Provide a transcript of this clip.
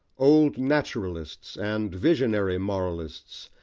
old naturalists and visionary moralists,